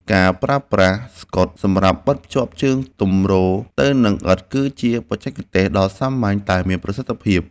ការប្រើប្រាស់ស្កុតសម្រាប់បិទភ្ជាប់ជើងទម្រទៅនឹងឥដ្ឋគឺជាបច្ចេកទេសដ៏សាមញ្ញតែមានប្រសិទ្ធភាព។